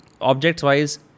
objects-wise